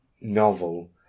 novel